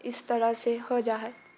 इस तरहसँ हो जा हैय